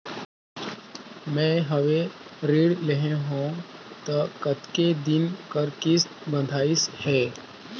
मैं हवे ऋण लेहे हों त कतेक दिन कर किस्त बंधाइस हे?